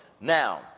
now